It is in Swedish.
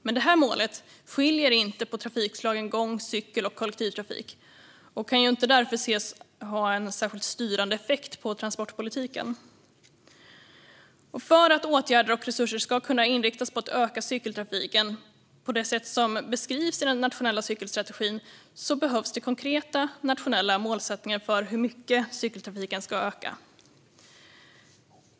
Men det här målet skiljer inte på trafikslagen gång, cykel och kollektivtrafik och kan därför inte anses ha en särskilt styrande effekt på transportpolitiken. För att åtgärder och resurser ska kunna inriktas på att öka cykeltrafiken på det sätt som beskrivs i den nationella cykelstrategin behövs det konkreta nationella målsättningar för hur mycket cykeltrafiken ska öka.